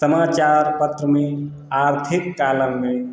समाचार पत्र में आर्थिक कालम में